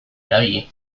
erabili